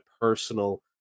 personal